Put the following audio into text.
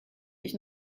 ich